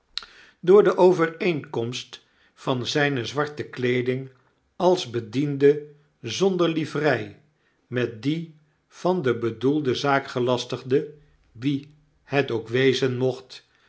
door de overeenkomst van zijne zwarte weeding als bediende zonder livrei met die van den bedoelden zaakgelastigde wie het ook wezen mocht